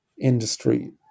industry